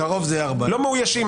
לא מאוישים.